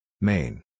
Main